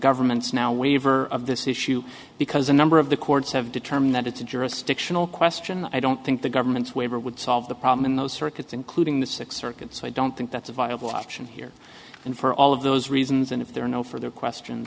government's now waiver of this issue because a number of the courts have determined that it's a jurisdictional question i don't think the government's waiver would solve the problem in those circuits including the sixth circuit so i don't think that's a viable option here and for all of those reasons and if there are no further question